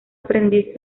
aprendiz